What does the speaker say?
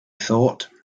thought